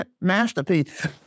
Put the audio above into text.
masterpiece